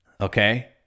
okay